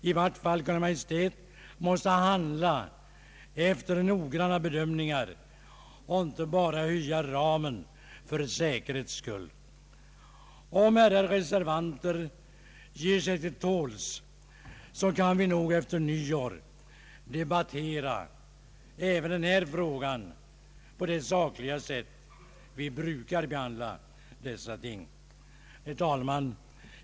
I vart fall Kungl. Maj:t måste handla efter noggranna bedömningar och inte bara öka ramen för säkerhets skull. Om herrar reservanter ger sig till tåls, kan vi nog efter nyår debattera även denna fråga på det sakliga sätt som är vanligt då vi behandlar dessa ting. Herr talman!